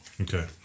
Okay